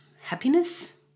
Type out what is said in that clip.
Happiness